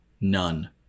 None